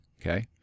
okay